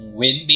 win